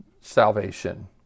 salvation